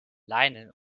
leinen